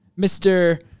Mr